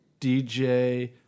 DJ